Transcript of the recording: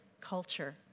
culture